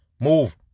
Move